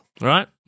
right